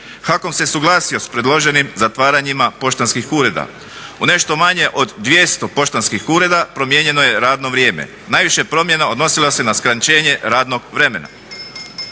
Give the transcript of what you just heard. HAKOM se suglasio s predloženim zatvaranjima poštanskih ureda. U nešto manje od 200 poštanskih ureda promijenjeno je radno vrijeme. Najviše promjena odnosilo se na skraćenje radnog vremena.